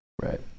right